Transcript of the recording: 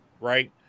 right